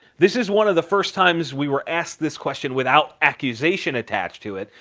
this is one of the first times we were asked this question without accusation attached to it,